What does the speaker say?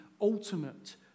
ultimate